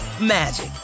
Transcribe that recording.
magic